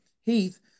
Heath